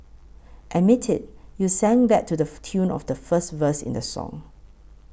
admit it you sang that to the tune of the first verse in the song